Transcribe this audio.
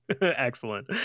excellent